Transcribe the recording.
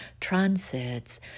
transits